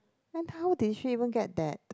then how did she even get that